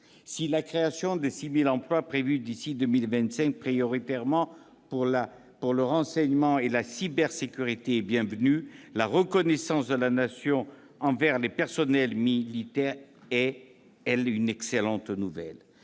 Si la création de 6 000 emplois prévue d'ici à 2025, prioritairement pour le renseignement et la cybersécurité, est bienvenue, la reconnaissance de la Nation envers les personnels militaires est, elle, une excellente nouvelle.